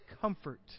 comfort